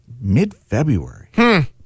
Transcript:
mid-February